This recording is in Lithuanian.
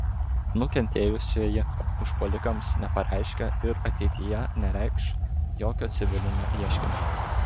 nukentėjusieji užpuolikams nepareiškė ir ateityje nereikš jokio civilinio ieškinio